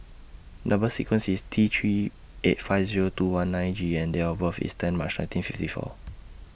Number sequence IS T three eight five Zero two one nine G and Date of birth IS ten March nineteen fifty four